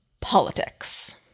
Politics